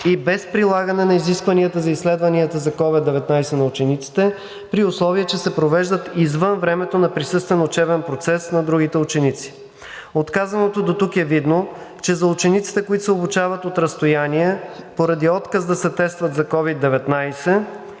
и без прилагане на изискванията за изследванията за COVID-19 на учениците, при условие че се провеждат извън времето на присъствен учебен процес на другите ученици. От казаното дотук е видно, че за учениците, които се обучават от разстояние поради отказ да се тестват за COVID-19,